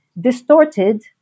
distorted